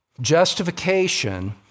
Justification